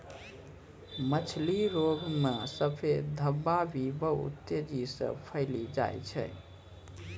मछली रोग मे सफेद धब्बा भी बहुत तेजी से फैली जाय छै